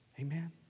Amen